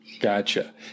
Gotcha